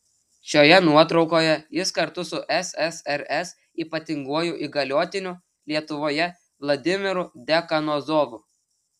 šioje nuotraukoje jis kartu su ssrs ypatinguoju įgaliotiniu lietuvoje vladimiru dekanozovu